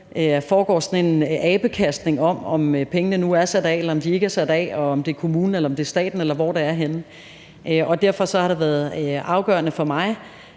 foregår sådan en abekastning om, om pengene nu er sat af, eller om de ikke er sat af, og om det er kommunen, eller det er staten, eller hvor det er henne. Derfor har det været afgørende for mig